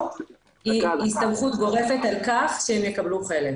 היא הסתמכות גורפת על כך שיקבלו על חלף.